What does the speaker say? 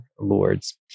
lords